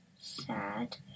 sad